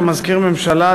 כמזכיר הממשלה,